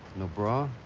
no bra?